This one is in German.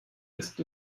ist